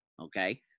okay